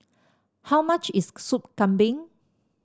how much is Soup Kambing